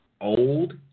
old